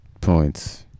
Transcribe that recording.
points